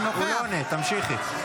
תמשיכי.